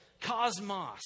cosmos